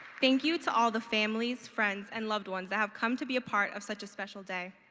thank you to all the families, friends, and loved ones that have come to be a part of such a special day.